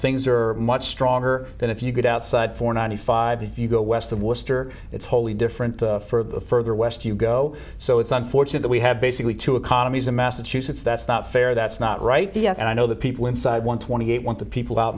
things are much stronger than if you get outside for ninety five if you go west of worcester it's wholly different for the further west you go so it's unfortunate that we have basically two economies in massachusetts that's not fair that's not right and i know the people inside want twenty eight want the people out